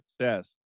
success